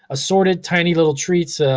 assorted tiny little treats,